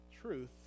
truth